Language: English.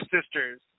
sisters